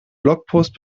blogpost